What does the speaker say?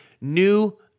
new